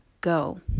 go